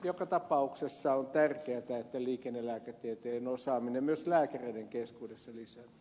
joka tapauksessa on tärkeätä että liikennelääketieteen osaaminen myös lääkäreiden keskuudessa lisääntyy